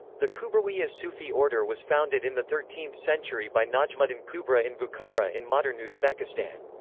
the kubrawiya sufi order was founded in the thirteenth century by najmuddin kubra in bukhara in modern uzbekistan.